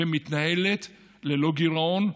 ומתנהלת ללא גירעון,